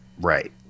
Right